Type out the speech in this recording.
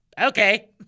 Okay